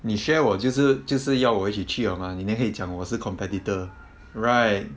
你 share 我就是就是要我一起去好 mah 你那里可以讲我是 competitor right